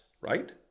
right